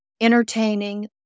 entertaining